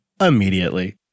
immediately